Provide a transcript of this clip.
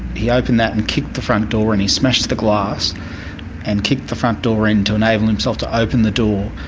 he opened that and kicked the front door in, and he smashed the glass and kicked the front door in to enable himself to open the door,